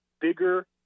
bigger